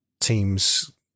teams